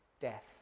death